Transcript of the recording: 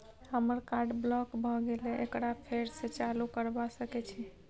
हमर card block भ गेले एकरा फेर स चालू करबा सके छि?